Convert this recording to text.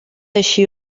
així